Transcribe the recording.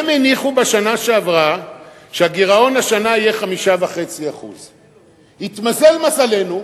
הם הניחו בשנה שעברה שהגירעון השנה יהיה 5.5%. התמזל מזלנו,